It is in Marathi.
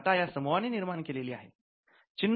टाटा या समूहाने निर्माण केलेली आहे